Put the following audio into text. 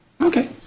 Okay